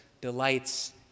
delights